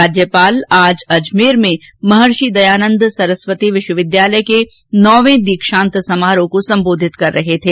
राज्यपाल आज अजमेर में महर्षि दयानंद सरस्वती विश्वविद्यालय के नवें दीक्षांत समारोह को संबोधित कर रहे थे